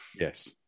Yes